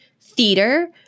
theater